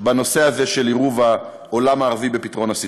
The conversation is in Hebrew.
בנושא הזה של עירוב העולם הערבי בפתרון הסכסוך.